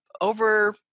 over